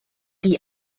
die